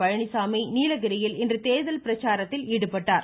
பழனிசாமி நீலகிரியில் இன்று தேர்தல் பிரச்சாரத்தில் ஈடுபட்டார்